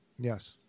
Yes